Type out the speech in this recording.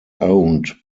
owned